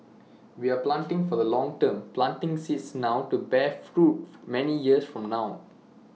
we are planting for the long term planting seeds now to bear fruit many years from now